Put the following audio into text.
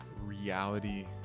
reality